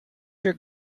your